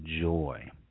joy